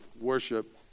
worship